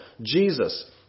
Jesus